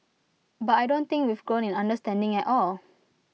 but I don't think we've grown in understanding at all